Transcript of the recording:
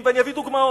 ואני אביא דוגמאות,